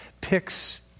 picks